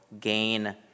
gain